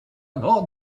thought